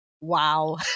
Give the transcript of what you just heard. Wow